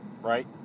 right